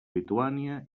lituània